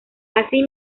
así